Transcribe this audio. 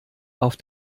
auf